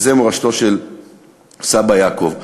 וזו מורשתו של סבא יעקב.